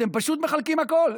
אתם פשוט מחלקים הכול.